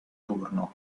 turno